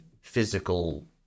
physical